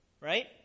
Right